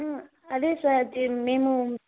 అదే సార్ మేము